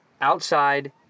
Outside